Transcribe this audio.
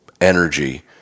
energy